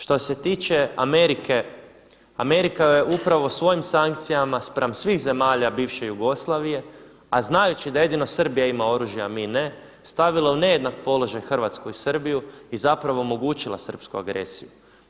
Što se tiče Amerike, Amerika je upravo svojim sankcijama spram svih zemalja bivše Jugoslavije a znajući da jedino Srbija ima oružje a mi ne stavila u nejednak položaj Hrvatsku i Srbiju i zapravo omogućila srpsku agresiju.